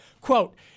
quote